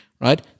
right